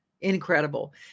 incredible